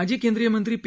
माजी केंद्रीय मंत्री पी